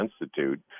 institute